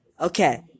okay